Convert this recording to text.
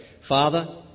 Father